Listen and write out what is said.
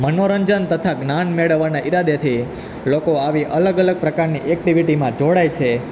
મનોરંજન તથા જ્ઞાન મેળવાના ઇરાદેથી લોકો આવી અલગ અલગ પ્રકારની એકટીવિટીમાં જોડાય છે